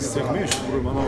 sėkmė iš tikrųjų manau